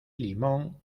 limón